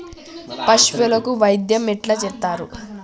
పశువులకు వైద్యం ఎట్లా చేత్తరు?